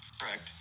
Correct